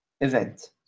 event